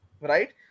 right